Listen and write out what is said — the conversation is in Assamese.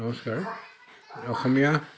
নমস্কাৰ অসমীয়া